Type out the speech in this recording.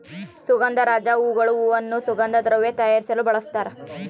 ಸುಗಂಧರಾಜ ಹೂಗಳು ಹೂವನ್ನು ಸುಗಂಧ ದ್ರವ್ಯ ತಯಾರಿಸಲು ಬಳಸ್ತಾರ